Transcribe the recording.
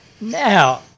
Now